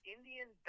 Indian